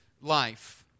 life